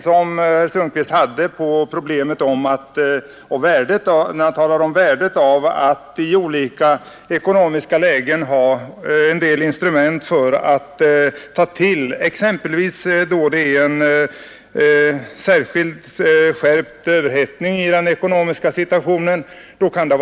Jag kan också instämma i vad han sade om värdet av att i olika ekonomiska lägen ha instrument att ta till, t.ex. när vi har en särskilt stark överhettning i ekonomin.